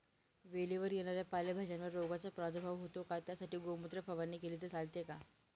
वेलीवर येणाऱ्या पालेभाज्यांवर रोगाचा प्रादुर्भाव होतो का? त्यासाठी गोमूत्र फवारणी केली तर चालते का?